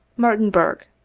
martin burke,